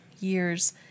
years